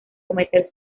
cometer